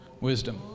wisdom